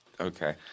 Okay